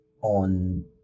on